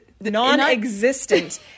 non-existent